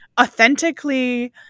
authentically